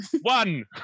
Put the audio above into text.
one